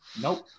Nope